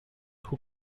who